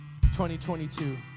2022